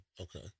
okay